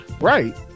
Right